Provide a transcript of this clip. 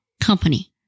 company